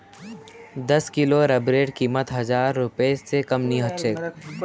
दस किलो रबरेर कीमत हजार रूपए स कम नी ह तोक